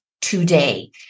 today